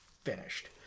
finished